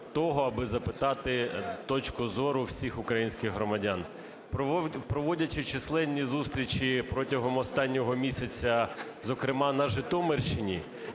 того, аби запитати точку зору всіх українських громадян. Проводячи численні зустрічі протягом останнього місяця, зокрема на Житомирщині,